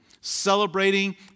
Celebrating